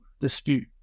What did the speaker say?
dispute